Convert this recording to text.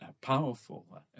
powerful